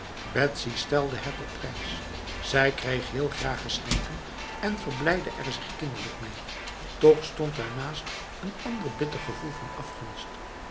betsy stelde het op prijs zij kreeg heel graag geschenken en verblijdde er zich kinderlijk mee toch stond daarnaast een ander bitter gevoel van afgunst